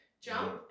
jump